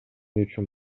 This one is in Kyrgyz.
үчүн